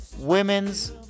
Women's